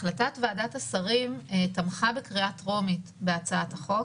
החלטת ועדת השרים תמכה בקריאה טרומית בהצעת החוק,